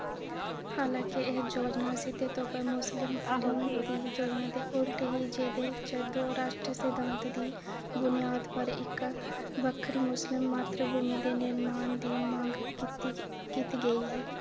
हालांके एह् योजना सीधे तौर पर मुस्लिम लीग दी योजना दे उल्ट ही जेह्दे च दो राश्ट्र सिद्धांत दी बुनियाद पर इक बक्खरी मुस्लिम मातृभूमि दे निर्माण दी मंग कीती गेई ही